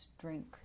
drink